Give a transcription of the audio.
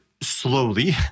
slowly